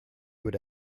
would